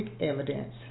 evidence